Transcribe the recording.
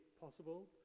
possible